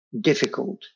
difficult